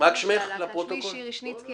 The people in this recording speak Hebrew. שירי שניצקי,